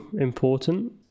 important